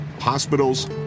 hospitals